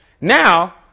now